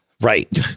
right